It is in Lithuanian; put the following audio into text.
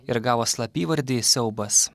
ir gavo slapyvardį siaubas